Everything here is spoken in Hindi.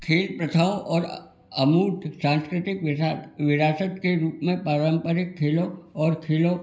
खेल प्रथा और अमूर्त सांस्कृतिक विरासत के रूप में पारम्परिक खेलों और खेलों